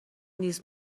نیز